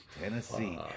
Tennessee